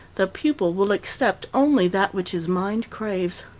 the pupil will accept only that which his mind craves.